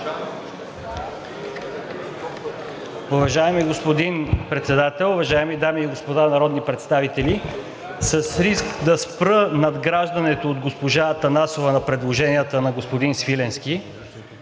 Уважаеми господин Председател, уважаеми дами и господа народни представители, с риск да спра надграждането от госпожа Атанасова на предложенията на господин Свиленски,